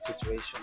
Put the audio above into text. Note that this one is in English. situation